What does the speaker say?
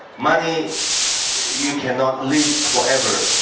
money you cannot live forever.